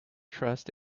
trust